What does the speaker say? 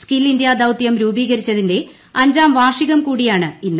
skill India ദൌത്യം രൂപീകരിച്ചതിന്റെ അഞ്ചാം വാർഷികം കൂടിയാണിന്ന്